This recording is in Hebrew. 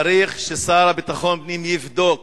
צריך שהשר לביטחון הפנים יבדוק.